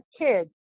kids